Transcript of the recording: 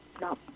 no